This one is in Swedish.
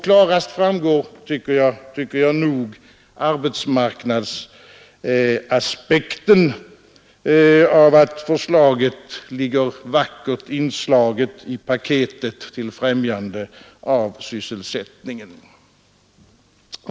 Klarast framgår arbetsmarknadsaspekten av att förslaget ligger vackert inslaget i paket till främjande av sysselsättningen.